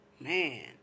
Man